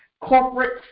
corporate